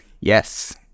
Yes